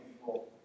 people